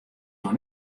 noch